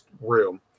room